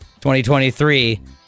2023